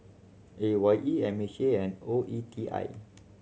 A Y E M H A and O E T I